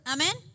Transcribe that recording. Amen